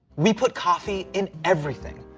we put coffee in everything.